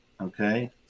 Okay